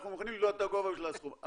אנחנו מוכנים לבלוע את הכובע בשביל הסכום הזה.